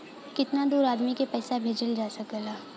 कितना दूर आदमी के पैसा भेजल जा सकला?